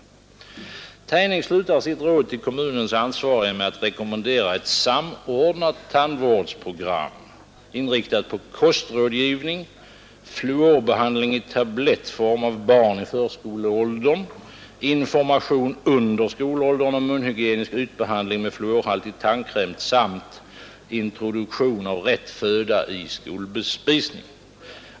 Tejning slutar sitt råd till kommunens ansvariga med att rekommendera ett samordnat tandvårdsprogram, inriktat på kostrådgivning, fluorbehandling i tablettform av barn i förskoleåldern, information till barn under skolåren om värdet av munhygienisk ytbehandling med fluorhaltig tandkräm och introduktion av rätt föda i skolbespisningen.